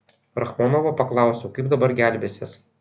rachmonovo paklausiau kaip dabar gelbėsies